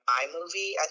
iMovie